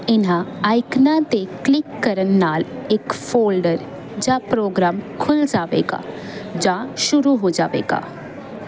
ਇਹਨਾਂ ਆਈਕਨਾਂ 'ਤੇ ਕਲਿੱਕ ਕਰਨ ਨਾਲ ਇੱਕ ਫੋਲਡਰ ਜਾਂ ਪ੍ਰੋਗਰਾਮ ਖੁੱਲ੍ਹ ਜਾਵੇਗਾ ਜਾਂ ਸ਼ੁਰੂ ਹੋ ਜਾਵੇਗਾ